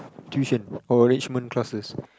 tuition or enrichment classes